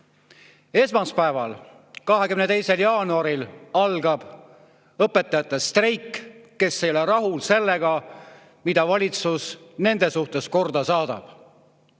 Esmaspäeval, 22. jaanuaril algab õpetajate streik. Nad ei ole rahul sellega, mida valitsus nende suhtes korda saadab.